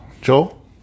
Joel